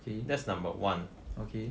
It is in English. that's number one